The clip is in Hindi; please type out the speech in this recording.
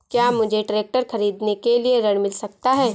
क्या मुझे ट्रैक्टर खरीदने के लिए ऋण मिल सकता है?